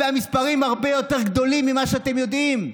והמספרים הרבה יותר גדולים ממה שאתם יודעים.